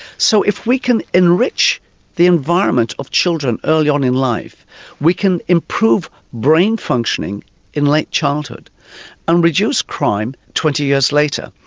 so if we can enrich the environment of children early on in life we can improve brain functioning in late childhood and reduce crime twenty years later.